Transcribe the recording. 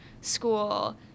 school